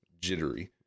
jittery